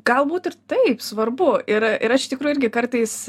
galbūt ir taip svarbu ir ir aš iš tikrųjų irgi kartais